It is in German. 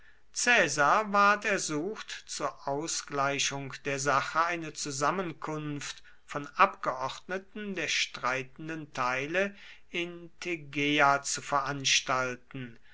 ward ersucht zur ausgleichung der sache eine zusammenkunft von abgeordneten der streitenden teile in tegea zu veranstalten